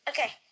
Okay